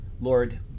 Lord